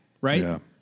right